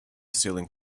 ceiling